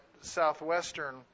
Southwestern